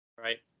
right